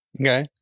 Okay